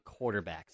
quarterbacks